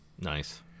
Nice